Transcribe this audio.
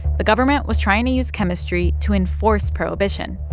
the government was trying to use chemistry to enforce prohibition,